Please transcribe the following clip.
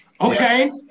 okay